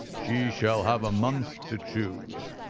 she shall have a month to choose,